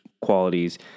qualities